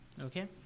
Okay